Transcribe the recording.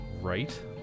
right